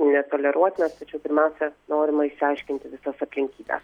netoleruotinas tačiau pirmiausia norima išsiaiškinti visas aplinkybes